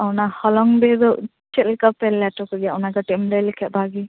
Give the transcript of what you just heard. ᱚᱱᱟ ᱦᱚᱞᱚᱝ ᱨᱮᱫᱚ ᱪᱮᱫ ᱞᱮᱠᱟᱯᱮ ᱞᱮᱴᱚ ᱠᱚᱜᱮᱭᱟ ᱚᱱᱟ ᱠᱟᱹᱴᱤᱡᱮᱢ ᱞᱟ ᱭ ᱞᱮᱠᱷᱟᱱ ᱵᱷᱟᱜᱮ